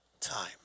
time